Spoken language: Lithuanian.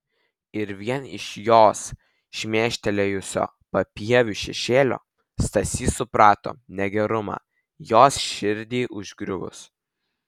ir vien iš jos šmėstelėjusio papieviu šešėlio stasys suprato negerumą jos širdį užgriuvus